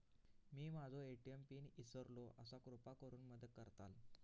मी माझो ATM pin इसरलो आसा कृपा करुन मदत करताल